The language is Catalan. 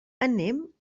anem